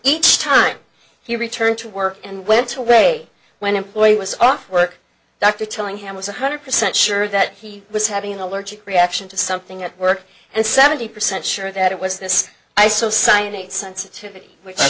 each time he returned to work and went away when employee was off work doctor telling him was one hundred percent sure that he was having an allergic reaction to something at work and seventy percent sure that it was this i so sign it sensitivity